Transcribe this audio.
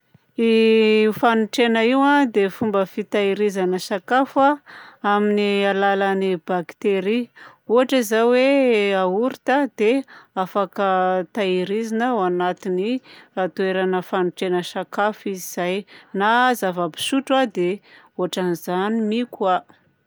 Ny fanotrehana io dia fomba fitahirizana sakafo a amin'ny alalan'ny bakteria. Ohatry izao hoe yaourt a dia afaka tahirizina ao anatin'ny toerana fanotrehana sakafo izy izay; na zava-pisotro a dia ohatran'izany mia koa.